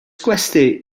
gwesty